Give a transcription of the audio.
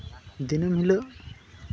ᱫᱤᱱᱟᱹᱢ ᱦᱤᱞᱳᱜ